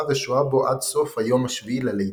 ושוהה בו עד סוף היום השביעי ללידה.